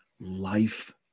life